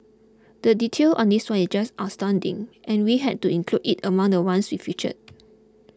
the detail on this one is just astounding and we had to include it among the ones we featured